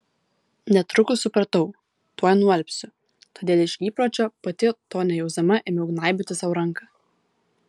netrukus supratau tuoj nualpsiu todėl iš įpročio pati to nejausdama ėmiau gnaibyti sau ranką